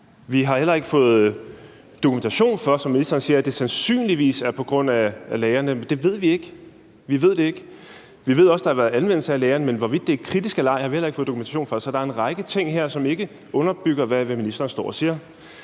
Vi har heller ikke fået dokumentation for, at det – som ministeren siger – sandsynligvis er på grund af lagrene. Vi ved det ikke. Vi ved, at der har været anledning til at have lagrene, men hvorvidt det er kritisk eller ej, har vi heller ikke fået dokumentation for. Så der er en række ting her, som ikke underbygger, hvad ministeren står og siger.